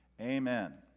Amen